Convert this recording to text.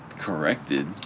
corrected